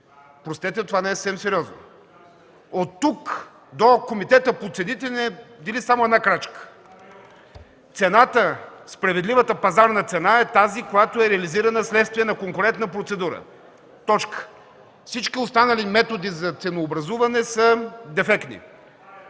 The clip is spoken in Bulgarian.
Простете, това не е съвсем сериозно. Оттук до Комитета по цените ни дели само една крачка. Справедливата пазарна цена е тази, която е реализирана вследствие на конкурентна процедура. Точка. Всички останали методи за ценообразуване са дефектни.